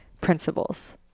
principles